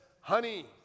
honey